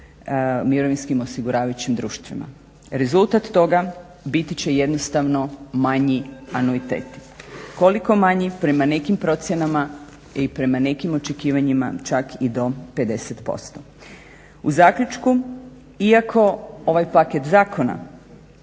mirovinskim osiguravajućim društvima. Rezultat toga biti će jednostavno manji anuitet. Koliko manji, prema nekim procjenama i prema nekim očekivanjima čak i do 50%. U zaključku, iako ovaj paket zakona